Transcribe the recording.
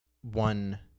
one